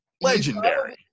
legendary